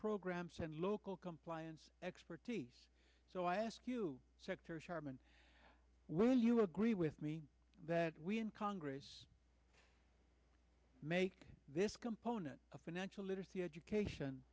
programs and local compliance expertise so i ask you dr sharman will you agree with me that we in congress make this component of financial literacy education